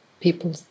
people